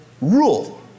rule